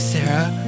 Sarah